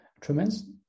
tremendous